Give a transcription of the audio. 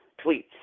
tweets